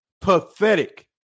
pathetic